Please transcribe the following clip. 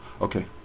Okay